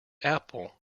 apple